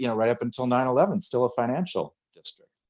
yeah right up until nine eleven, still a financial district.